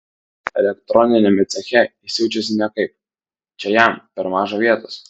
elektroniniame ceche jis jaučiasi nekaip čia jam per maža vietos